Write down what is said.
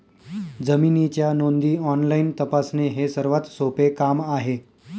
जमिनीच्या नोंदी ऑनलाईन तपासणे हे सर्वात सोपे काम आहे